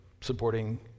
supporting